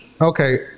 okay